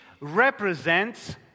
represents